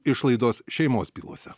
išlaidos šeimos bylose